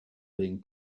being